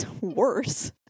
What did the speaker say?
worse